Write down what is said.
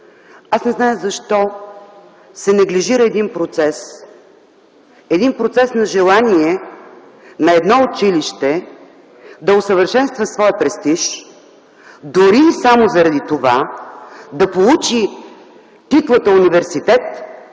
Аз не зная защо се неглижира един процес, един процес на желание на едно училище да усъвършенства своя престиж дори и само заради това да получи титлата университет,